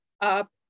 up